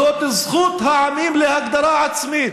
זאת זכות העמים להגדרה עצמית.